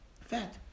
fat